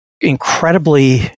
incredibly